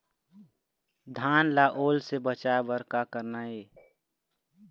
धान ला ओल से बचाए बर का करना ये?